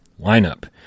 lineup